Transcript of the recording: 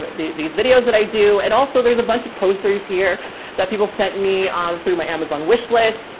the these videos that i do. and also there's a bunch of posters here that people sent me on through my amazon wishlist,